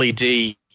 LED